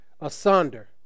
asunder